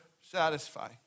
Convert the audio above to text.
satisfy